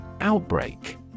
Outbreak